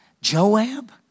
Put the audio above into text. Joab